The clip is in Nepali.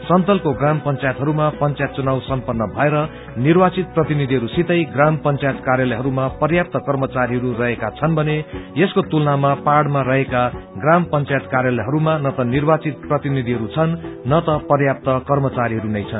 समतलको ग्राम पंचायतहरूमा पंचायत घुनाव समपन्न भएर निर्वाचित प्रतिनियिहरूसितै ग्राम पंचायत कार्यालायहरूमा प्याप्त कर्मचारीहरू रहेका छन् भने यसको तुलनामा पहाइमा रहेका ग्राम पंचायत कार्यालयहरूमा न त निर्वाचित प्रतिनियिहरू छन् नत प्याप्त कर्मचारीहरू नै छन्